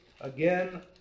again